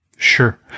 Sure